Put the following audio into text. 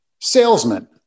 salesmen